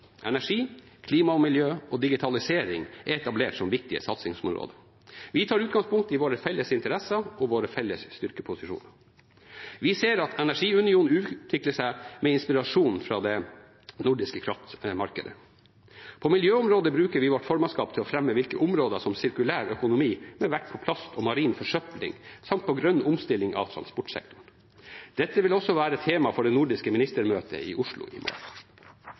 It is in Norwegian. Energi, klima og miljø og digitalisering er etablert som viktige satsingsområder. Vi tar utgangspunkt i våre felles interesser og våre felles styrkeposisjoner. Vi ser at energiunionen utvikler seg med inspirasjon fra det nordiske kraftmarkedet. På miljøområdet bruker vi vårt formannskap til å fremme viktige områder som sirkulær økonomi med vekt på plast og marin forsøpling samt på grønn omstilling av transportsektoren. Dette vil også være tema for det nordiske ministermøtet i Oslo i